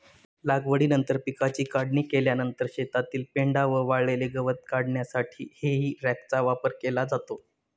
लागवडीनंतर पिकाची काढणी केल्यानंतर शेतातील पेंढा व वाळलेले गवत काढण्यासाठी हेई रॅकचा वापर केला जातो